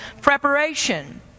preparation